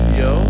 yo